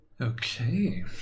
Okay